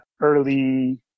early